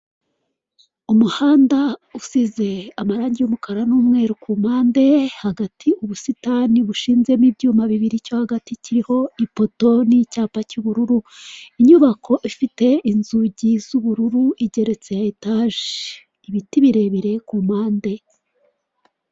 Umuhanda usize amaragi y'umukara n'umweru kumpande, hagati hari ubusitani bushinzemo ibyuma bibiri, i cyo hagati kiriho ipoto nicyapa cy'ubururu, inyubako ifite inzugi z'ubururu igeretse etaje, ibiti birebire kumpande.